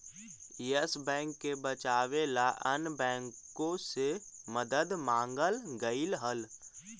yes Bank के बचावे ला अन्य बाँकों से मदद मांगल गईल हल